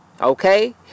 Okay